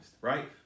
right